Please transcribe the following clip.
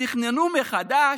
ותכננו מחדש.